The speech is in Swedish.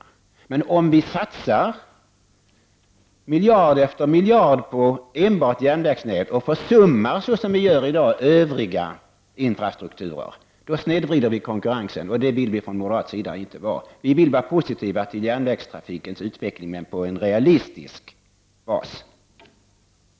Men konkurrensen snedvrids om det satsas miljard efter miljard på enbart järnvägsnätet och övrig infrastruktur försummas. Det vill vi från moderat sida inte göra. Vi är positiva till järnvägstrafikens utveckling, men på en realistisk bas.